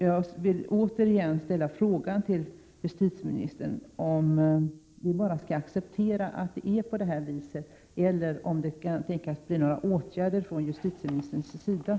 Jag vill återigen fråga justitieministern om vi bara skall acceptera att det är på det här viset eller om justitieministern kan tänka sig att vidta några åtgärder.